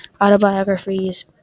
autobiographies